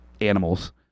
animals